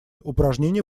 упражнения